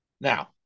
Now